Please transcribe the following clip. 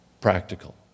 practical